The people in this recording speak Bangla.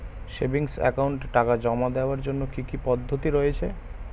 সেভিংস একাউন্টে টাকা জমা দেওয়ার জন্য কি কি পদ্ধতি রয়েছে?